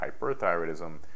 hyperthyroidism